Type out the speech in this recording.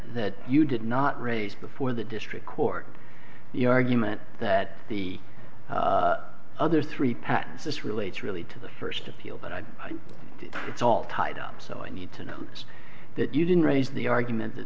that you did not raise before the district court your argument that the other three patents this relates really to the first appeal that i did it's all tied up so i need to know that you didn't raise the argument that